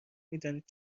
میدانید